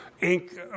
ink